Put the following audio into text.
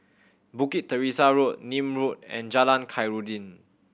Bukit Teresa Road Nim Road and Jalan Khairuddin